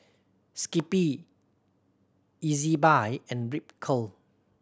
Skippy Ezbuy and Ripcurl